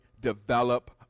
Develop